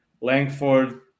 Langford